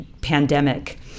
pandemic